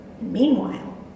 Meanwhile